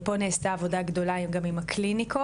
פה נעשתה עבודה גדולה גם עם הקליניקות,